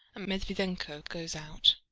and medviedenko goes out.